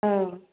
औ